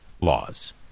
laws